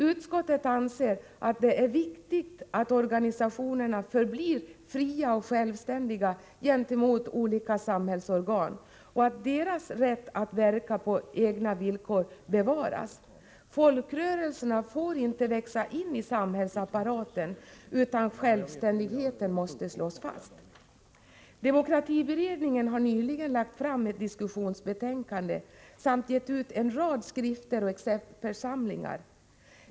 Utskottet anser att det är viktigt att folkrörelserna förblir fria och självständiga gentemot olika samhällsorgan och att deras rätt att verka på egna villkor bevaras. Folkrörelserna får inte växa in i samhällsapparaten, utan självständigheten måste slås fast. Demokratiberedningen har nyligen lagt fram ett diskussionsbetänkande samt gett ut en rad skrifter.